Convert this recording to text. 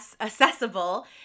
accessible